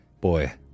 Boy